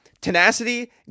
Tenacity